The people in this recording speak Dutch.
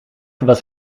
was